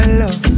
love